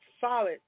solid